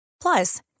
Plus